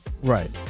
Right